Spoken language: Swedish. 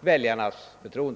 väljarnas förtroende.